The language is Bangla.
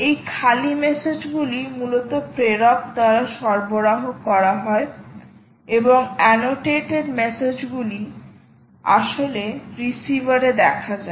এই খালি মেসেজ গুলি মূলত প্রেরক দ্বারা সরবরাহ করা হয় এবং এ্যানোটেটেড মেসেজ গুলি যা আসলে এগুলি রিসিভারে দেখা যায়